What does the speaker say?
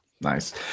Nice